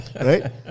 right